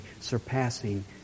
surpassing